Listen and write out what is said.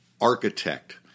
architect